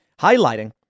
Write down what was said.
highlighting